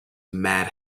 mad